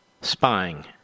spying